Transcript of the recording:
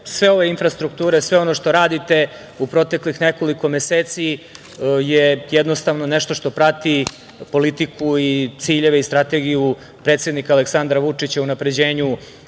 sve ove infrastrukture, sve ono što radite u proteklih nekoliko meseci je jednostavno nešto što prati politiku, ciljeve i strategiju predsednika Aleksandra Vučića u unapređenju